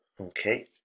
okay